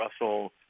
Russell